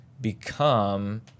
become